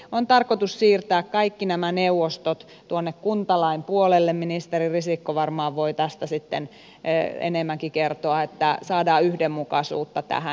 on tarkoitus siirtää kaikki nämä neuvostot tuonne kuntalain puolelle ministeri risikko varmaan voi sitten tästä enemmänkin kertoa jotta saadaan yhdenmukaisuutta tähän